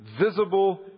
visible